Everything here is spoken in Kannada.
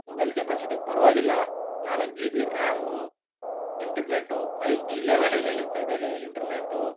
ಮೊಬೈಲ್ ಕೆಪಾಸಿಟಿ ಪರವಾಗಿಲ್ಲ ನಾಲ್ಕು G B RAM internet five G ಲೆವಲ್ಲಲ್ಲಿ ಎಳೀತದೆ ರೀ ಇಂಟರ್ನೆಟ್ಟು